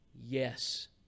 yes